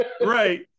right